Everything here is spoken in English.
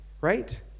right